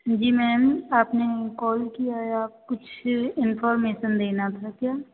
जी ma'am आपने call किया है आप कुछ इन्फॉर्मेसन देना था क्या